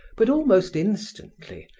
but almost instantly,